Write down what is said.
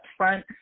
front